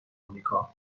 آمریکا